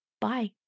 bye